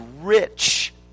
rich